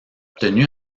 obtenu